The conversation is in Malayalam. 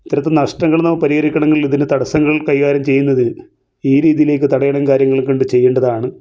ഇത്തരത്തിൽ നഷ്ടങ്ങൾ നമ്മൾക്ക് പരിഹരിക്കണമെങ്കിൽ ഇതിനു തടസ്സങ്ങൾ കൈകാര്യം ചെയ്യുന്നത് ഈ രീതിയിലേക്ക് തടയണ കാര്യങ്ങൾ കൊണ്ട് ചെയ്യേണ്ടതാണ്